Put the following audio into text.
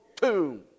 tomb